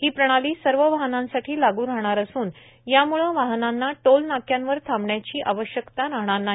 ही प्रणाली सर्व वाहनांसाठी लागू राहणार असून यामुळे वाहनांना टोल नाक्यांवर थांबण्याची आवश्यकता राहणार नाही